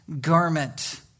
garment